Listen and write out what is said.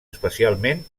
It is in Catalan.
especialment